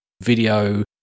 video